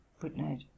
footnote